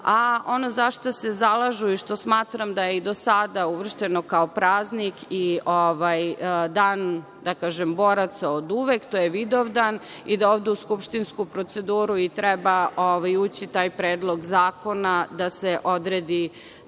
zašta se zalažu i što smatram da je i do sada uvršćeno kao praznik i Dan boraca oduvek, to je Vidovdan i da ovde u skupštinsku proceduru i treba ući taj predlog zakona da se odredi